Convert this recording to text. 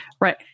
Right